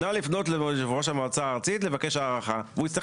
נא לפנות ליושב ראש המועצה הארצית בשביל לקבל הארכה",